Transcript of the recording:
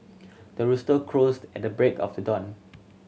the rooster crows at the break of the dawn